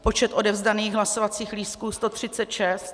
Počet odevzdaných hlasovacích lístků 136.